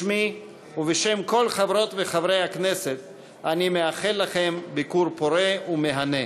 בשמי ובשם כל חברות וחברי הכנסת אני מאחל לכם ביקור פורה ומהנה.